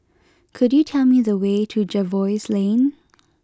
could you tell me the way to Jervois Lane